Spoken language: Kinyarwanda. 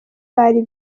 bari